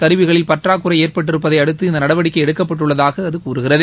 கருவிகளில் பற்றாக்குறை ஏற்பட்டிருப்பதை அடுத்து நாட்டில் இந்த இந்த நடவடிக்கை எடுக்கப்பட்டுள்ளதாக அது கூறுகிறது